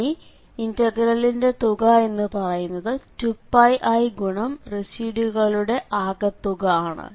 ഇനി ഇന്റഗ്രലിന്റെ തുക എന്നു പറയുന്നത് 2πi ഗുണം റെസിഡ്യൂകളുടെ ആകെത്തുക ആണ്